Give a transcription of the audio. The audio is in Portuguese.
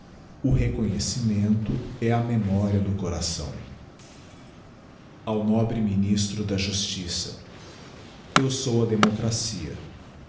o reconhecimento é a memoria do coração ao nobre ministro da justiça eu sou a democracia